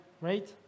right